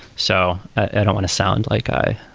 so i don't want to sound like i